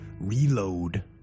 reload